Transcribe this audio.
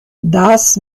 das